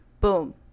Boom